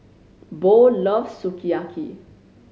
Bo loves Sukiyaki